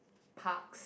parks